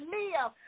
live